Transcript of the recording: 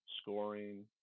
scoring